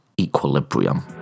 equilibrium